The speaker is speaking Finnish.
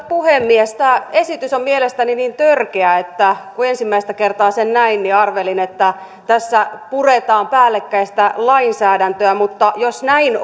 puhemies tämä esitys on mielestäni niin törkeä että kun ensimmäistä kertaa sen näin niin arvelin että tässä puretaan päällekkäistä lainsäädäntöä mutta jos näin